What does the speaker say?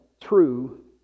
true